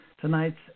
Tonight's